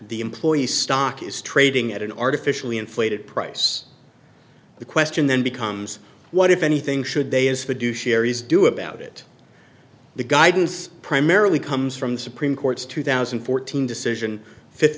the employee stock is trading at an artificially inflated price the question then becomes what if anything should they as fiduciary is do about it the guidance primarily comes from the supreme court's two thousand and fourteen decision fifth